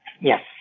Yes